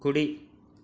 కుడి